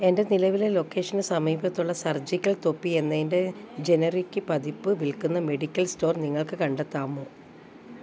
എൻ്റെ നിലവിലെ ലൊക്കേഷന് സമീപത്തുള്ള സർജിക്കൽ തൊപ്പി എന്നതിൻ്റെ ജനറിക്ക് പതിപ്പ് വിൽക്കുന്ന മെഡിക്കൽ സ്റ്റോർ നിങ്ങൾക്ക് കണ്ടെത്താമൊ